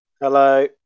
Hello